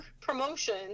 promotion